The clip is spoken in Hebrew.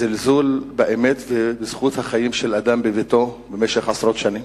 זלזול באמת ובזכות החיים של אדם בביתו במשך עשרות שנים.